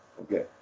Okay